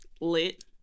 lit